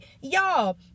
Y'all